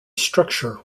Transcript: structure